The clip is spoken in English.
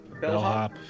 Bellhop